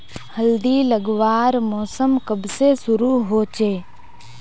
हल्दी लगवार मौसम कब से शुरू होचए?